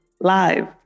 Live